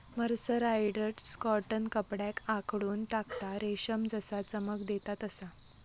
mercerised cotton कपड्याक आखडून टाकता, रेशम जसा चमक देता तसा